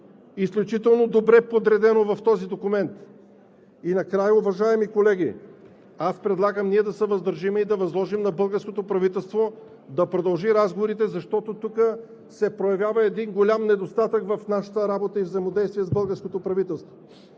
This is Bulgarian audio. изключително добре подредено в този документ. Накрая, уважаеми колеги, аз предлагам ние да се въздържим и да възложим на българското правителство да продължи разговорите, защото тук се проявява един голям недостатък в нашата работа и взаимодействие с българското правителство.